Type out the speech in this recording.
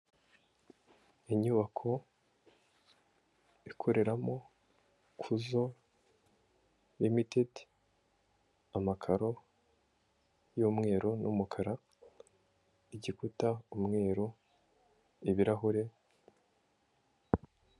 Inyubako ikoreramo Kuzo rimitedi amakaro y'umweru n'umukara, igikuta umweru, ibirahure.